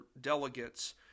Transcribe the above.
delegates